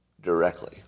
directly